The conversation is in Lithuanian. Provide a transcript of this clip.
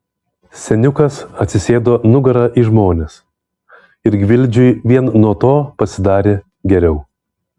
seniukas atsisėdo nugara į žmones ir gvildžiui vien nuo to pasidarė geriau